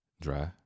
Dry